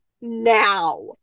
now